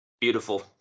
Beautiful